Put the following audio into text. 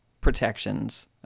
protections